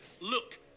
look